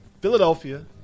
Philadelphia